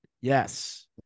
Yes